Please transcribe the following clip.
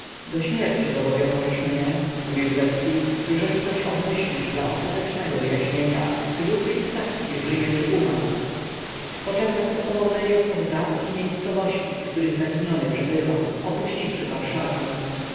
do śmierci zobowiążesz mnie mówił rzecki jeżeli coś obmyślisz dla ostatecznego wyjaśnienia czy ludwik stawski żyje czy umarł poczem następował rejestr dat i miejscowości w których zaginiony przebywał opuściwszy warszawę